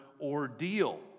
ordeal